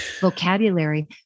vocabulary